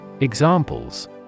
Examples